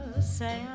say